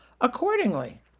accordingly